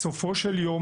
בסופו של יום,